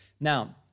Now